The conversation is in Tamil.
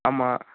ஆமாம்